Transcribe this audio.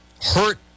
hurt